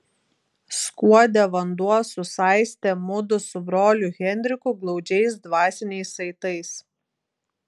skuode vanduo susaistė mudu su broliu henriku glaudžiais dvasiniais saitais